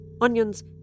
onions